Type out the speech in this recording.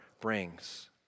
brings